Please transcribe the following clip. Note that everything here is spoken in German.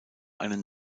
einen